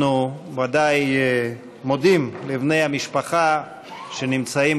אנחנו ודאי מודים לבני המשפחה שנמצאים